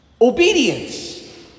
Obedience